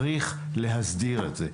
צריך להסדיר את זה.